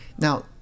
Now